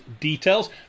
details